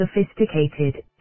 sophisticated